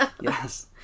Yes